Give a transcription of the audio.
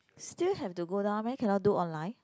still have to go down meh cannot do online